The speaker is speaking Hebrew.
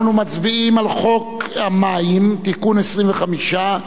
אנחנו מצביעים על חוק המים (תיקון מס' 25),